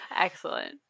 excellent